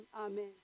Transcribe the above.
Amen